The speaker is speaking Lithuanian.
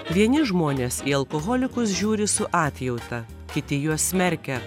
vieni žmonės į alkoholikus žiūri su atjauta kiti juos smerkia